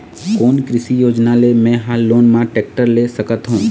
कोन कृषि योजना ले मैं हा लोन मा टेक्टर ले सकथों?